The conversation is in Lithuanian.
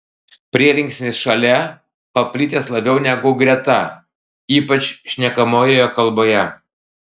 prielinksnis šalia paplitęs labiau negu greta ypač šnekamojoje kalboje